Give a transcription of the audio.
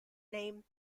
name